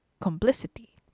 complicity